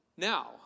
Now